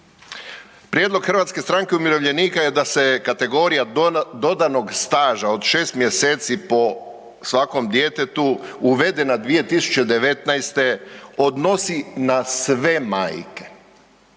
Prijedlog HSU-a je da se kategorija dodanog staža od 6 mjeseci po svakom djetetu uvede na 2019. odnosi na sve majke.